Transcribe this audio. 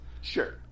Sure